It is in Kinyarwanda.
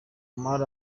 omar